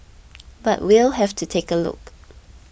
but we'll have to take a look